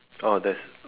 oh there's